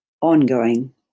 ongoing